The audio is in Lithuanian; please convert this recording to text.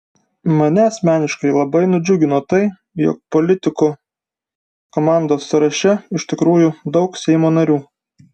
mane asmeniškai labai nudžiugino tai jog politikų komandos sąraše iš tikrųjų daug seimo narių